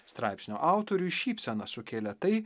straipsnio autoriui šypseną sukėlė tai